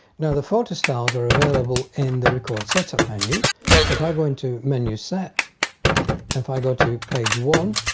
now the photo styles are available in the record setup menu so if i go into menu set and if i go to page one